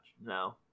No